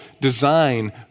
design